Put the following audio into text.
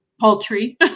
poultry